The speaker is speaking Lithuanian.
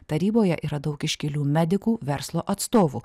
taryboje yra daug iškilių medikų verslo atstovų